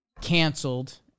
canceled